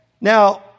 Now